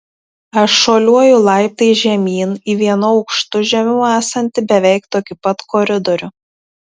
aš šuoliuoju laiptais žemyn į vienu aukštu žemiau esantį beveik tokį pat koridorių